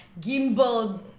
gimbal